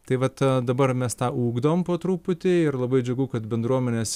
tai vat dabar mes tą ugdom po truputį ir labai džiugu kad bendruomenės